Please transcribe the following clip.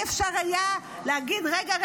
לא היה אפשר להגיד: רגע,